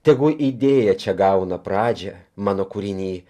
tegu idėja čia gauna pradžią mano kūriny